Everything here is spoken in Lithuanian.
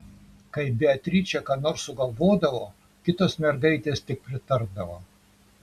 kai beatričė ką nors sugalvodavo kitos mergaitės tik pritardavo